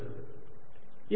ds Stokestheorem v